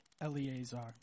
Eleazar